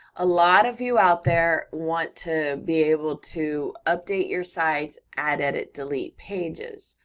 a lot of you out there want to be able to update your sites, add edit delete pages,